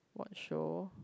what show